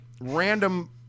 random